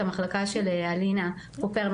המחלקה של אלינה פופרנו,